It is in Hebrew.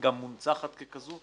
גם מונצחת ככזו?